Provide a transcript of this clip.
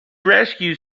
rescue